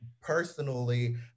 Personally